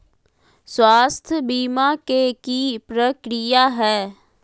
स्वास्थ बीमा के की प्रक्रिया है?